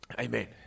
Amen